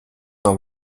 нам